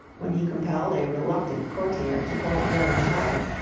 when he compelled a reluctant courtier to hold durer's ladder,